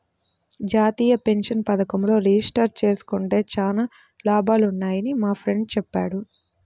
జాతీయ పెన్షన్ పథకంలో రిజిస్టర్ జేసుకుంటే చానా లాభాలున్నయ్యని మా ఫ్రెండు చెప్పాడు